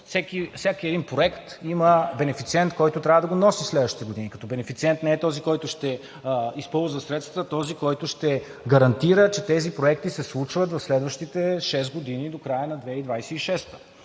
Всеки един проект има бенефициент, който трябва да го носи следващите години. Като бенефициент не е този, който ще използва средствата, а този, който ще гарантира, че тези проекти се случват в следващите шест години до края на 2026 г.